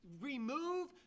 remove